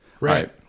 Right